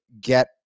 get